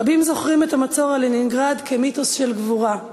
רבים זוכרים את המצור על לנינגרד כמיתוס של גבורה,